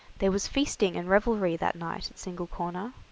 there was feasting and revelry that night at single corner.